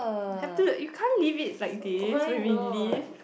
have to like you can't leave it like this when we leave